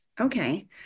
Okay